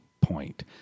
point